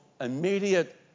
immediate